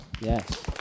Yes